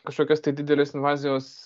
kažkokios tai didelės invazijos